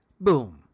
boom